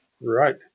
Right